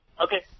Okay